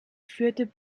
führt